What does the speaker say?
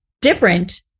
different